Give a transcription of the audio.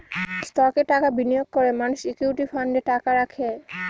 স্টকসে টাকা বিনিয়োগ করে মানুষ ইকুইটি ফান্ডে টাকা রাখে